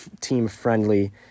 team-friendly